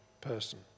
person